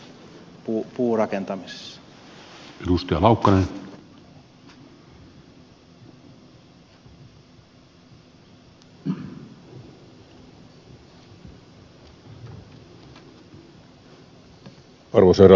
arvoisa herra puhemies